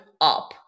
up